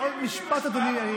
עוד משפט, אדוני.